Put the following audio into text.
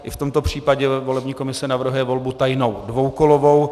I v tomto případě volební komise navrhuje volbu tajnou dvoukolovou.